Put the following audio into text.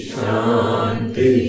Shanti